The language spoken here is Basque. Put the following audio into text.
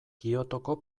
kyotoko